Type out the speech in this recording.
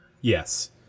Yes